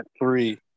three